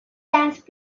dance